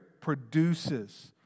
produces